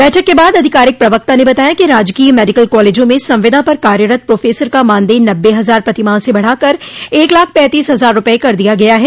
बैठक के बाद आधिकारिक प्रवक्ता ने बताया कि राजकीय मडिकल कॉलेजों में संविदा पर कार्यरत प्रोफेसर का मानदेय नब्बे हजार प्रतिमाह से बढ़ा कर एक लाख पैंतीस हजार रूपये कर दिया गया है